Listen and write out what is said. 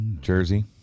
Jersey